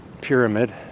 pyramid